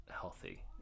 healthy